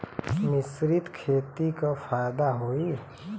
मिश्रित खेती से का फायदा होई?